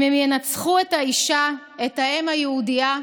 אם הם ינצחו את האישה, את האם היהודייה,